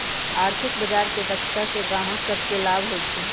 आर्थिक बजार के दक्षता से गाहक सभके लाभ होइ छइ